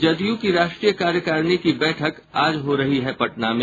जदयू की राष्ट्रीय कार्यकारिणी की बैठक आज हो रही पटना में